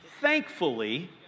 Thankfully